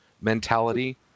mentality